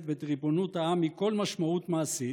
ואת ריבונות העם מכל משמעות מעשית,